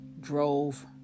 Drove